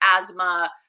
asthma